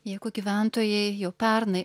jeigu gyventojai jau pernai